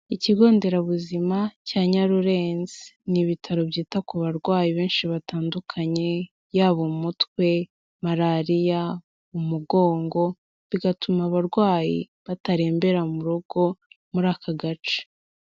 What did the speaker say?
Ikigonderabuzima cya nyarurenzi ni ibitaro byita ku barwayi benshi batandukanye, yaba umutwe, malariya, umugongo bigatuma abarwayi batarembera mu rugo muri aka gace..